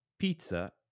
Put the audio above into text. Pizza